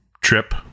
trip